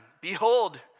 Behold